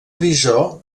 visor